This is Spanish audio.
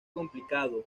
complicado